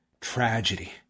tragedy